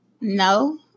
no